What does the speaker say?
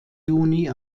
juni